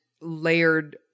layered